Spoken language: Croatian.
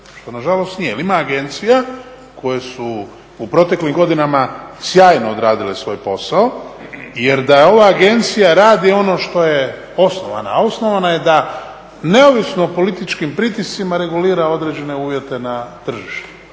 što na žalost nije jer ima agencija koje su u proteklim godinama sjajno odradile svoj posao. Jer da ova agencija radi ono što je osnovana, a osnovana je da neovisno o političkim pritiscima regulira određene uvjete na tržištu.